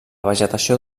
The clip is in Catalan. vegetació